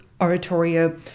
oratorio